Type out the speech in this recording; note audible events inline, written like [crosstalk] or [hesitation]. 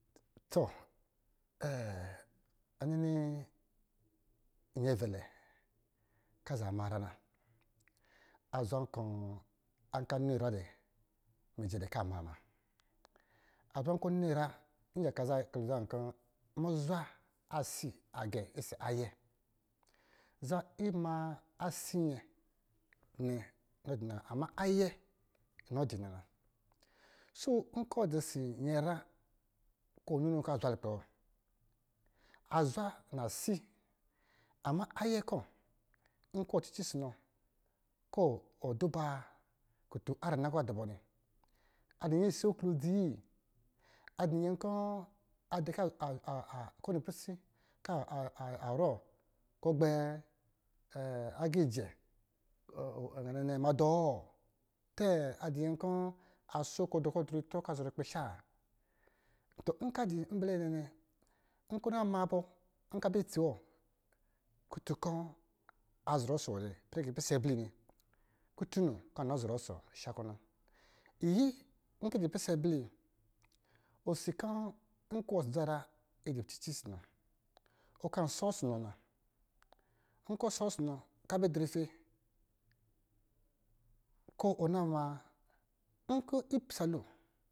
Toh [hesitation] ɔnini nyɛvɛlɛ kɔ̄ a za ma nyra na, aza zwa kɔ̄ a nini nyra mijɛ dɛ kɔ̄ amaa muna, a zwa kɔ̄ nini nyra, nyaka yi nkpilo zaa nkɔ̄, muzwa asi agɛɛ ɔsɔ̄ ayɛ, za ima asi nyɛ, nɔdɔ inɔ na ama ayɛ inɔ dɔ inɔ na so nkɔ̄ dɔ̄ ɔsɔ̄ nyɛnyra kɔ̄ ninɔɔ kɔ̄ azwa lukpɛ wɔ, azwa nasii ama ayɛ kɔ̄, nkɔ̄ ɔ dɔ̄ cici nsɔ̄ kɔ̄ duba kutu rina ‘kɔ̄ kɔ̄ adɔ mnnɔ nnɛ, a dɔ̄ nyɛ iso aklodzi? Ko wini pɛrɛ si, arɔ kɔ̄ gbɛ aga ijɛ [hesitation] ma dɔ? Tɛ adɔ̄ nyɛ kɔ̄ drɛ kɔ̄ dɔ̄ itrɔ kɔ̄ a zɔrɔ ikpisha? To nkɔ̄ dɔ̄ ibɛlɛ nyɛnɛ nkɔ̄ ɔ na ma bɔ kɔ̄ abɛ itsi wɔ kutu kɔ̄ azɔrɔ nsɔ̄ wɔ nnɛ, yipisɛ blɛ yi nnɛ, kutu nnɛ kɔ̄ an na zɔrɔ ɔsha kɔ̄ na, iyi nkɔ̄ iwɔ csɔ̄ dza nyinyra yi cici ɔsɔ̄ nɔ ɔ ka shɔ ɔsɔ̄ na, nkɔ̄ ɔ shɔ ɔsɔ nɔ ka bɛ drɛ ife kɔ̄ ɔ na maa, nkɔ̄ isalo.